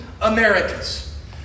Americans